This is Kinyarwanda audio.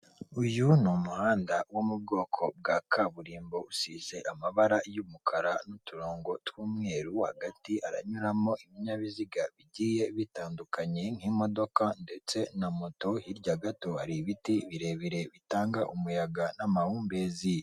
Uyu ni umuhanda wo mu bwoko bwa kaburimbo usize amabara y'umukara n'uturongo tw'umweru, hagati haranyuramo ibinyabiziga bigiye bitandukanye nk'imodoka ndetse na moto, hirya gato hari ibiti birebire bitanga umuyaga n'amahumbezi.